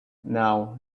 now